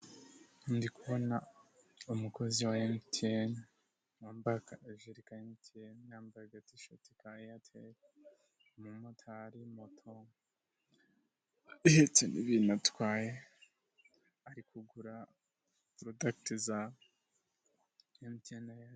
Ndi kubona umukozi wa MTN, wambaye akajiri ka MTN, yambaye agatishati ka eyateri, ni umumotari, moto ndetse n'ibintu atwaye ari kugura purodakiti za MTN.